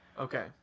Okay